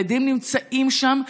הילדים נמצאים שם,